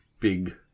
big